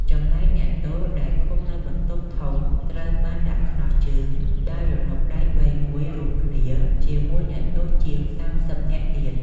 ចំណែកអ្នកទោសដែលឃុំនៅបន្ទប់ធំត្រូវបានដាក់ខ្ចោះជើងដោយរនុកដែកវែងមួយរួមគ្នា ជាមួយអ្នកទោសជាង សាមសិបនាក់ទៀត។